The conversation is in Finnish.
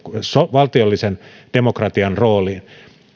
valtiollisen demokratian rooliin